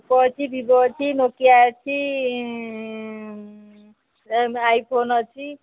Oppo ଅଛି Vivo ଅଛି Nokia ଅଛି ଆଇଫୋନ୍ ଅଛି